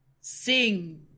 Sing